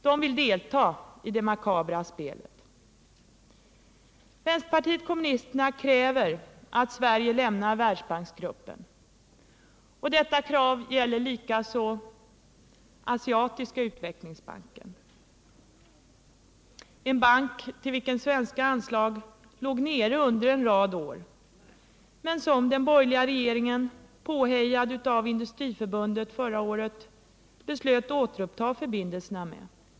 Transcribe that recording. De vill delta i det makabra spelet. Vänsterpartiet kommunisterna kräver att Sverige lämnar Världsbanksgruppen. Detta krav gäller likaså Asiatiska utvecklingsbanken, en bank till vilken svenska anslag låg nere under en rad år men vilken den borgerliga regeringen, påhejad av Industriförbundet, förra året beslöt återuppta förbindelserna med.